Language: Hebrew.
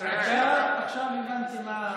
עכשיו הבנתי מה,